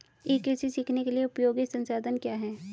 ई कृषि सीखने के लिए उपयोगी संसाधन क्या हैं?